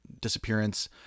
disappearance